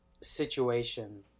situation